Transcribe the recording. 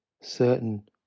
certain